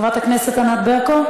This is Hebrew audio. חברת הכנסת ענת ברקו?